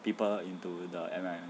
people into the M_L_M